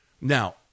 Now